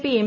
P M